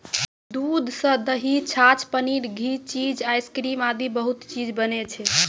दूध सॅ दही, छाछ, पनीर, घी, चीज, आइसक्रीम आदि बहुत चीज बनै छै